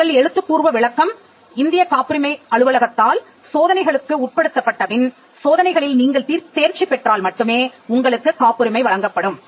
உங்கள் எழுத்துப்பூர்வ விளக்கம் இந்தியக் காப்புரிமை அலுவலகத்தால் சோதனைகளுக்கு உட்படுத்தப்பட்ட பின் சோதனைகளில் நீங்கள் தேர்ச்சி பெற்றால் மட்டுமே உங்களுக்கு காப்புரிமை வழங்கப்படும்